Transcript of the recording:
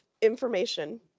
information